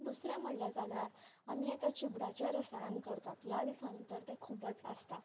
दुसरें म्हणले जाल्यार आमी आता चिबडाचें रसायण करतात या दिसांनी तर तें खुबच आसता